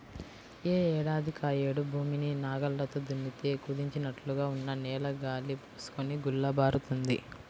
యే ఏడాదికాయేడు భూమిని నాగల్లతో దున్నితే కుదించినట్లుగా ఉన్న నేల గాలి బోసుకొని గుల్లబారుతుంది